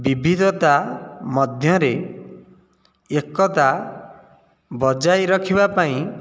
ବିବିଧତା ମଧ୍ୟରେ ଏକତା ବଜାୟୀ ରଖିବାପାଇଁ